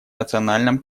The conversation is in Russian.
национальном